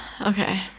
Okay